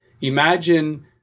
imagine